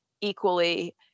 equally